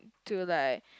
to like